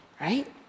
right